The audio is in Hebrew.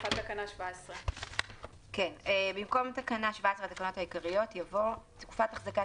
החלפת תקנה 17 במקום תקנה 17 לתקנות העיקריות יבוא: "תקופת החזקת